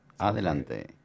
Adelante